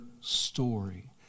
story